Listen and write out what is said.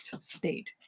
state